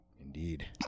Indeed